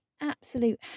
absolute